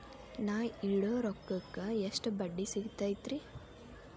ನಾ ಇಡೋ ರೊಕ್ಕಕ್ ಎಷ್ಟ ಬಡ್ಡಿ ಸಿಕ್ತೈತ್ರಿ?